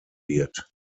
wird